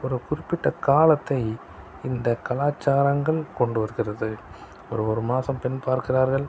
ஒரு குறிப்பிட்ட காலத்தை இந்த கலாச்சாரங்கள் கொண்டு வருகிறது ஒரு ஒரு மாதம் பெண் பார்க்கிறார்கள்